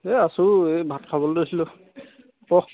এই আছোঁ এই ভাত খাবলৈ লৈছিলোঁ ক'